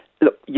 Look